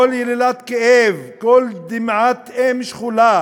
כל יללת כאב, כל דמעת אם שכולה